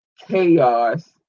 chaos